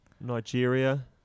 Nigeria